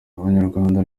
abanyarwanda